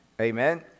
Amen